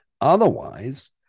Otherwise